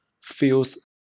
feels